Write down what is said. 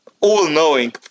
all-knowing